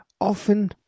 Often